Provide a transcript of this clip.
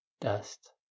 dust